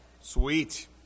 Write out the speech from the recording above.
Sweet